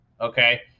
okay